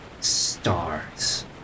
stars